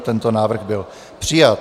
Tento návrh byl přijat.